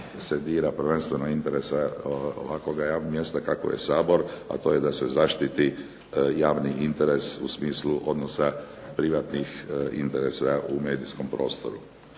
se dira interesa ovakvoga javnog mjesta kakvo je Sabor, a to je da se zaštiti javni interes u smislu odnosa privatnih interesa u medijskom prostoru.